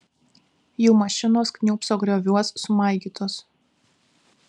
jų mašinos kniūbso grioviuos sumaigytos